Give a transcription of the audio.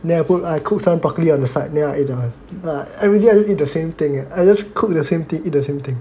then I put I cooked some broccoli on the side then I ate that one eh everyday I eat the same thing I just cooked same thing eat the same thing